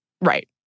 Right